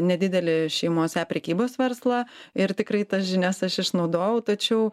nedidelį šeimos e prekybos verslą ir tikrai tas žinias aš išnaudojau tačiau